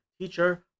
Teacher